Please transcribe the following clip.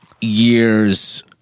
years